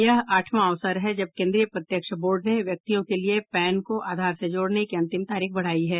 यह आठवां अवसर है जब केन्द्रीय प्रत्यक्ष कर बोर्ड ने व्यक्तियों के लिए पैन को आधार से जोड़ने की अंतिम तारीख बढ़ाई है